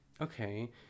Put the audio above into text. Okay